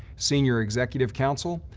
senior executive council,